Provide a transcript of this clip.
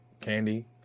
Candy